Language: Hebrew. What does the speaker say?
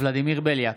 ולדימיר בליאק,